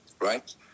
right